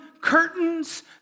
curtains